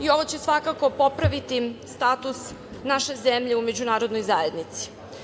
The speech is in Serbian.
Ovo će svakako popraviti status naše zemlje u međunarodnoj zajednici.